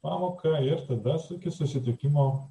pamoką ir tada iki susitikimo